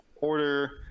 order